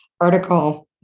article